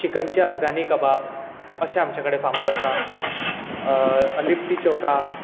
चिकनचे अफगानी कबाब अशें आमचे कडेन फामाद आसात लिट्टी चौका